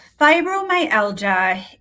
fibromyalgia